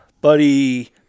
buddy